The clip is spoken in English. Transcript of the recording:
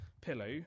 pillow